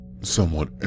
Somewhat